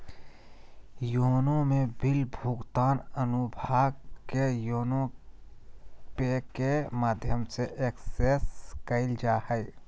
YONO में bill भुगतान अनुभाग के योनो पे के माध्यम से एक्सेस कइल जा हइ